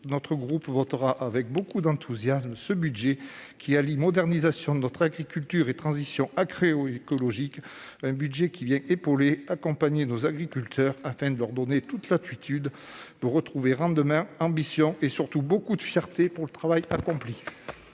notre groupe votera avec beaucoup d'enthousiasme ce budget qui, en alliant modernisation de notre agriculture et transition agroécologique, vient épauler et accompagner nos agriculteurs afin de leur donner toute latitude pour retrouver rendements, ambition et, surtout, beaucoup de fierté pour le travail accompli.